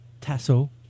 Tasso